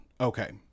okay